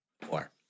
Four